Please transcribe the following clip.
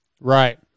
Right